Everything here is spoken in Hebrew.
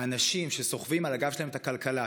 האנשים שסוחבים על הגב שלהם את הכלכלה,